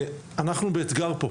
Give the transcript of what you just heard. אנחנו באתגר פה.